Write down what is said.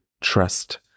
trust